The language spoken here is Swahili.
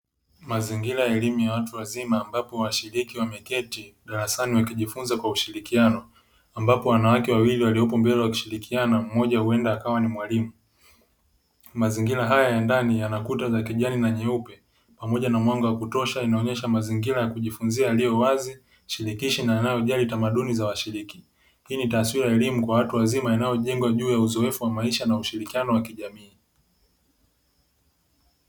Mazingira ya elimu ya watu wazima ambapo washiriki wameketi darasani wakijifunza kwa ushirikiano. Ambapo wanawake wawili waliopo mbele wakishirikiana, mmoja huenda akawa ni mwalimu. Mazingira haya ya ndani yana kuta za kijani na nyeupe pamoja na mwanga wa kutosha inaonyesha mazingira ya kujifunzia yaliyo wazi, shirikishi, na yanayo jali tamaduni za washiriki. Hii ni taswira ya elimu kwa watu wazima inayojengwa juu ya uzoefu wa maisha na ushirikiano wa kijamii.